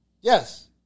Yes